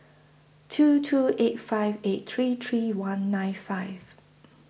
two two eight five eight three three one nine five